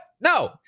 No